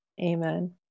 Amen